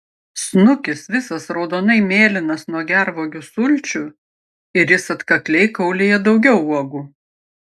snukis visas raudonai mėlynas nuo gervuogių sulčių ir jis atkakliai kaulija daugiau uogų